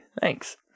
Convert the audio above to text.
Thanks